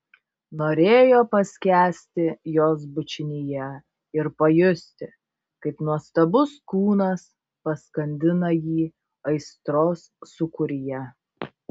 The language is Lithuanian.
norėjo paskęsti jos bučinyje ir pajusti kaip nuostabus kūnas paskandina jį aistros sūkuryje